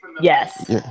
Yes